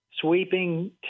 Sweeping